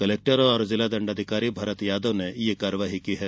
collector और जिला दण्डाधिकारी भरत यादव ने ये कार्यवाही की है